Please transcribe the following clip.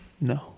No